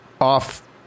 off